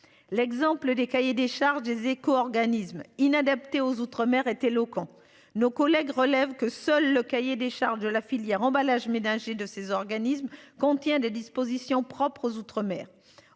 L'exemple des cahiers des charges des éco-organismes inadapté aux outre-mer est éloquent, nos collègues relève que seul le cahier des charges de la filière emballages ménagers de ces organismes contient des dispositions propres aux outre-mer.